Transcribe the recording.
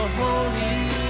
holy